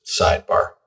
sidebar